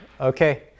okay